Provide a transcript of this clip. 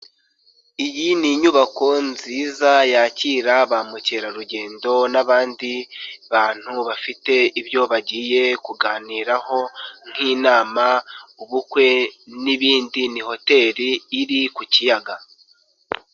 Iyi ni inyubako nziza yakira ba mukerarugendo n'abandi bantu bafite ibyo bagiye kuganiraho: nk'inama ubukwe n'ibindi, ni hoteli iri ku kiyaga.